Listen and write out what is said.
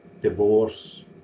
divorce